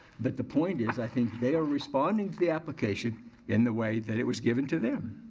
but the point is i think they are responding to the application in the way that it was given to them.